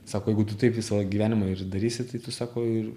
sako jeigu tu taip visą gyvenimą ir darysi tai tu sako ir